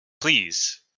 please